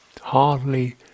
hardly